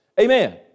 Amen